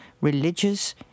religious